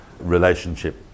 relationship